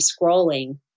scrolling